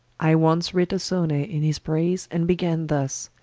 i once writ a sonnet in his prayse, and began thus,